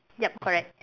yup correct